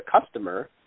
customer